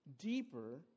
deeper